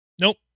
Nope